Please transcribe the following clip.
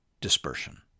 dispersion